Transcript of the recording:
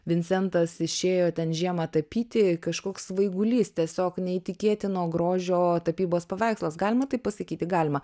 vincentas išėjo ten žiemą tapyti kažkoks svaigulys tiesiog neįtikėtino grožio tapybos paveikslas galima taip pasakyti galima